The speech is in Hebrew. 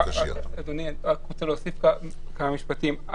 אדוני, אני רוצה להוסיף כמה משפטים.